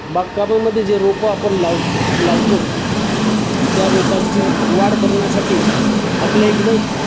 बागकामामध्ये जे रोपं आपण लाव लावतो त्या रोपांची वाढ करण्यासाठी आपल्या इकडं